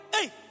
Hey